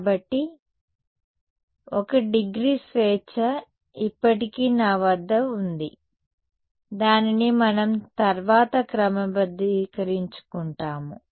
కాబట్టి 1 డిగ్రీ స్వేచ్ఛ ఇప్పటికీ నా వద్ద ఉంది దానిని మనం తర్వాత క్రమబద్ధీకరించుకుంటాము